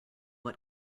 what